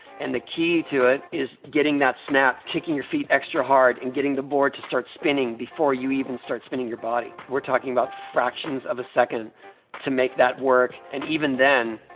and the key to it is getting that snap, kicking your feet extra hard and getting the board to start spinning before you even start spinning your body. we're talking about fractions of a second to make that work, and even then,